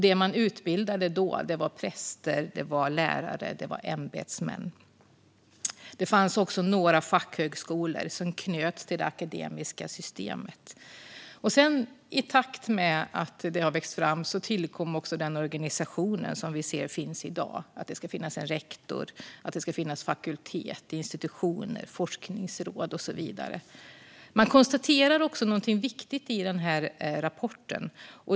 Det man utbildade då var präster, lärare och ämbetsmän. Det fanns också några fackhögskolor som knöts till det akademiska systemet. I takt med att detta växte fram tillkom den organisation som vi ser i dag, med rektor, fakulteter, institutioner, forskningsråd och så vidare. Man konstaterar någonting viktigt i den här rapporten.